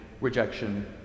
rejection